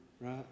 right